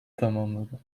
tamamladı